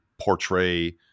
portray